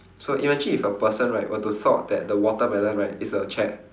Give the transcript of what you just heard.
so imagine if a person right were to thought that the watermelon right is a chair